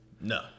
no